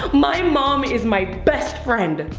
um my mom is my best friend.